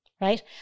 Right